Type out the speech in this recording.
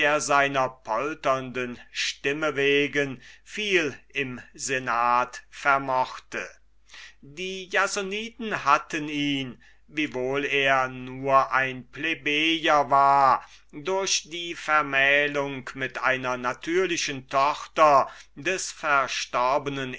seiner polternden stimme wegen viel im senat vermochte die jasoniden hatten ihn wiewohl er nur ein plebejer war durch die vermählung mit einer natürlichen tochter des verstorbenen